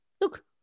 Look